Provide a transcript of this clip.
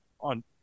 on